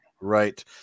right